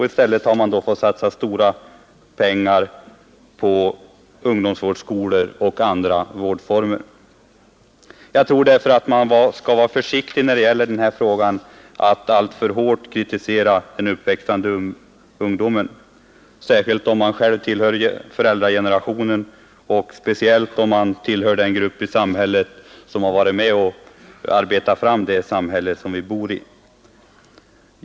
I stället har man då fått satsa stora pengar på ungdomsvårdsskolor och andra vårdformer. Jag tror därför att man bör vara försiktig med att alltför hårt kritisera den uppväxande ungdomen, särskilt om man själv tillhör föräldragenerationen och speciellt om man själv tillhör den grupp som varit med och arbetat fram det samhälle vi bor i.